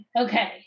okay